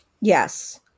Yes